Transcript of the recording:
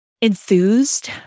enthused